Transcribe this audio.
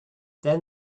then